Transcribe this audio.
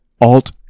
Alt